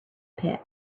pit